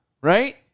right